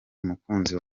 umukunzi